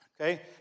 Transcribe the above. Okay